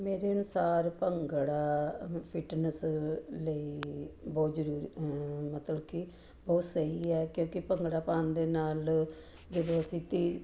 ਮੇਰੇ ਅਨੁਸਾਰ ਭੰਗੜਾ ਫਿਟਨਸ ਲਈ ਬਹੁਤ ਜ਼ਰੂਰੀ ਮਤਲਬ ਕਿ ਬਹੁਤ ਸਹੀ ਹੈ ਕਿਉਂਕਿ ਭੰਗੜਾ ਪਾਉਣ ਦੇ ਨਾਲ ਜਦੋਂ ਅਸੀਂ ਤੇਜ਼